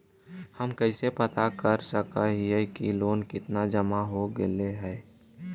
हम कैसे पता कर सक हिय की लोन कितना जमा हो गइले हैं?